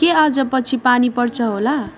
के आज पछि पानी पर्छ होला